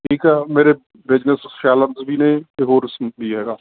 ਠੀਕ ਆ ਇੱਕ ਮੇਰੇ ਬਿਜਨਸ ਖਿਆਲਤ ਵੀ ਨੇ ਅਤੇ ਹੋਰ ਵੀ ਹੈਗਾ